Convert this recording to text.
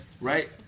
Right